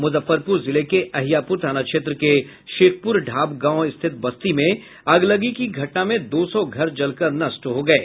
मुजफ्फरपुर जिले के अहियापुर थाना क्षेत्र के शेखपुर ढ़ाब गांव स्थित बस्ती में अगलगी की घटना में दौ सौ घर जलकर नष्ट हो गये